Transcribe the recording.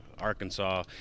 Arkansas